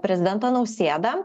prezidentą nausėdą